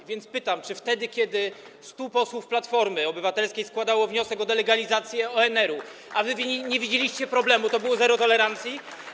A więc pytam: Czy wtedy kiedy 100 posłów Platformy Obywatelskiej składało wniosek o delegalizację ONR-u, a wy nie widzieliście problemu, to to było zero tolerancji?